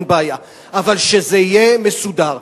בבקשה, אין בעיה, אבל שזה יהיה מסודר.